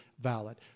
valid